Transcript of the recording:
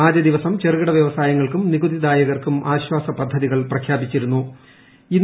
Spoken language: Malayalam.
ആദ്യ ദിവസം ചെറുകിട വൃവസായങ്ങൾക്കും നികുതിദായകർക്കും ആശ്വാസ പദ്ധതികൾ പ്രഖ്യാപിച്ചിരുന്നു്